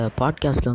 podcast